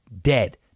dead